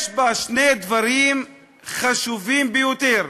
יש בה שני דברים חשובים ביותר: